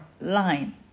line